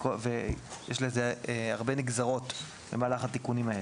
יש לזה הרבה נגזרות במהלך התיקונים האלה.